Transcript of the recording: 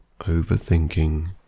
overthinking